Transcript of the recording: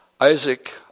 Isaac